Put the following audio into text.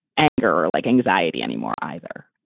anger or like anxiety anymore either.